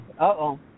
Uh-oh